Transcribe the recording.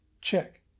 Check